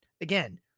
again